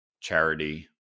charity